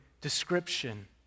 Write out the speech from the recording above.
description